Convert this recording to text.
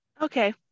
Okay